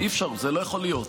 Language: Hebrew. אי-אפשר, זה לא יכול להיות.